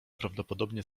prawdopodobnie